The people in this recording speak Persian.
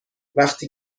وقتی